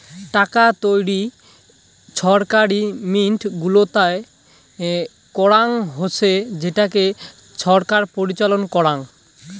টাকা তৈরী ছরকারি মিন্ট গুলাতে করাঙ হসে যেটাকে ছরকার পরিচালনা করাং